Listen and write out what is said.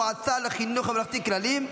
מועצה לחינוך ממלכתי כללי),